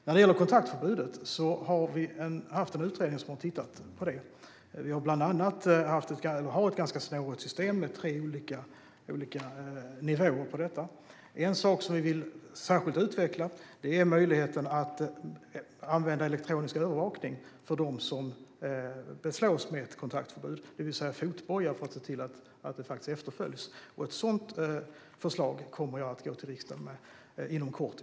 När det gäller kontaktförbudet har vi haft en utredning som har tittat på det. Vi har ett ganska snårigt system med tre olika nivåer på detta. En sak som vi särskilt vill utveckla är möjligheten att använda elektronisk övervakning av dem som beslås med ett kontaktförbud, det vill säga fotboja för att se till att förbudet faktiskt efterföljs. Ett sådant förslag kommer jag att komma till riksdagen med inom kort.